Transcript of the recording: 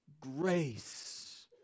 grace